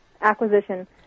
acquisition